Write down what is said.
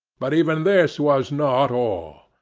but even this was not all.